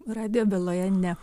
radijo byloje ne